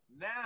Now